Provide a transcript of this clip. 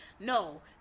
no